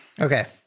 Okay